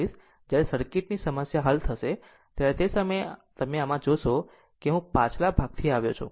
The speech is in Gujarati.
જ્યારે સર્કિટની સમસ્યા હલ થશે ત્યારે તે સમયે તમે આમાં જોશો કે હું પાછલા ભાગથી આવ્યો છું